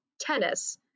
tennis